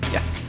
Yes